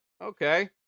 Okay